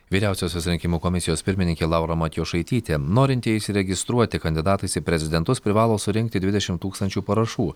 vyriausiosios rinkimų komisijos pirmininkė laura matjošaitytė norintieji įsiregistruoti kandidatais į prezidentus privalo surinkti dvidešimt tūkstančių parašų